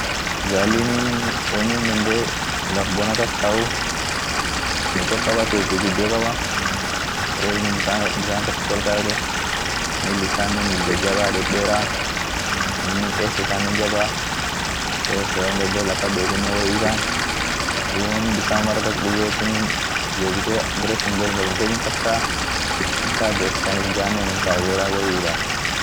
gallinii wonin dandee laf bona kas tauf woni tok kaba turki gudio kaba bareinin bissan kasit olkaetu mil isanen mil jajaba dedera aminen qees isanen jabaa, qees isan dandee laf hadetinen woyyu hi itan, duum woinin bisan mara tok dugetinen, jebite baresun malum feden kastaa hata ades shanif janen unumtaa bila ini woyyu hi itan.